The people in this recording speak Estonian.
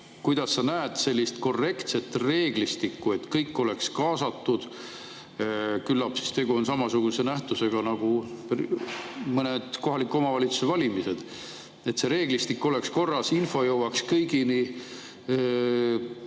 kuidas sa näed sellist korrektset reeglistikku, et kõik oleks kaasatud – küllap siis tegu on samasuguse nähtusega nagu mõned kohaliku omavalitsuse valimised –, et reeglistik oleks korras, et info jõuaks kõigini.